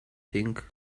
think